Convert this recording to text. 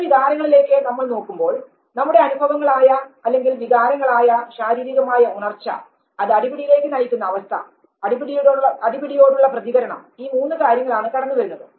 നമ്മുടെ വികാരങ്ങളിലേക്ക് നമ്മൾ നോക്കുമ്പോൾ നമ്മുടെ അനുഭവങ്ങൾ ആയ അല്ലെങ്കിൽ വികാരങ്ങളായ ശാരീരികമായ ഉണർച്ച അത് അടിപിടിയിലേക്ക് നയിക്കുന്ന അവസ്ഥ അടിപിടിയോടുള്ള പ്രതികരണം ഈ മൂന്നു കാര്യങ്ങളാണ് കടന്നുവരുന്നത്